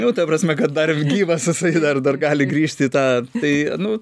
nu ta prasme kad dar gyvas jisai dar dar gali grįžt į tą tai nu